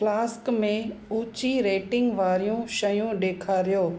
flask में उची rating वारियूं शयूं ॾेखारियो